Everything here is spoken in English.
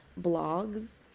blogs